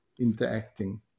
interacting